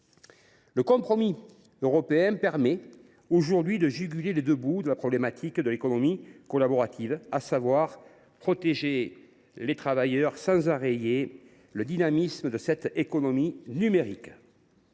Le compromis européen permet aujourd’hui de réunir les deux bouts de la problématique de l’économie collaborative, à savoir protéger les travailleurs sans enrayer le dynamisme de cette économie numérique.